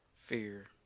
fear